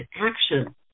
action